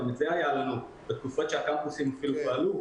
גם את זה היה לנו אפילו בתקופות שהקמפוסים פעלו.